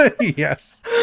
Yes